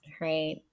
Right